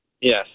Yes